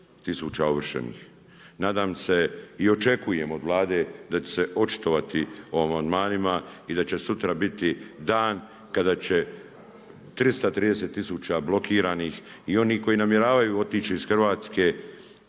tisuća ovršenih. Nadam se i očekujem od Vlade da će se očitovati o amandmanima i da će sutra biti dan kada će 330 tisuća blokiranih i onih koji namjeravaju otići iz Hrvatske